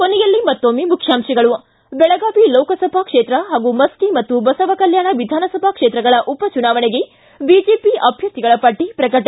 ಕೊನೆಯಲ್ಲಿ ಮತ್ತೊಮ್ಮೆ ಮುಖ್ಯಾಂಶಗಳು ್ಲಿ ಬೆಳಗಾವಿ ಲೋಕಸಭಾ ಕ್ಷೇತ್ರ ಹಾಗೂ ಮಸ್ಕಿ ಮತ್ತು ಬಸವಕಲ್ಕಾಣ ವಿಧಾನಸಭಾ ಕ್ಷೇತ್ರಗಳ ಉಪಚುನಾವಣೆಗೆ ಬಿಜೆಪಿ ಅಭ್ಯರ್ಥಿಗಳ ಪಟ್ಟ ಪ್ರಕಟ